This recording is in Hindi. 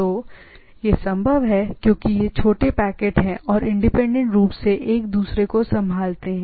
तो यह संभव है क्योंकि ये छोटे पैकेट हैं और इंडिपेंडेंट रूप से और एक दूसरे को संभाला जाता है